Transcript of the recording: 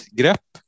grepp